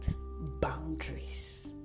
Boundaries